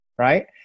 right